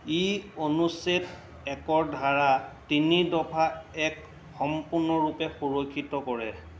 ই অনুচ্ছেদ একৰ ধাৰা তিনি দফা এক সম্পূৰ্ণৰূপে সুৰক্ষিত কৰে